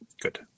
good